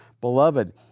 Beloved